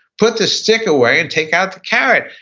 put the stick away and take out the carrot.